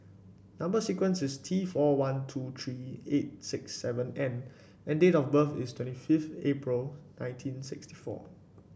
number sequence is T four one two three eight six seven N and date of birth is twenty five April nineteen sixty four